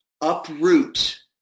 uproot